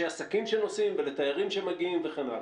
עסקים שנוסעים ולתיירים שמגיעים וכן הלאה?